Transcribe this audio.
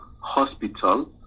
hospital